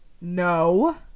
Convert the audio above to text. No